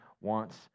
wants